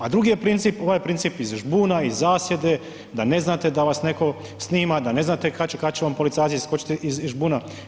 A drugi je princip ovaj princip iz žbuna, iz zasjede da ne znate da vas netko snima, da ne znate kad će vam policajac iskočiti iz žbuna.